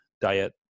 diet